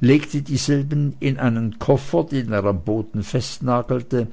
legte dieselben in einen koffer den er am boden festnagelte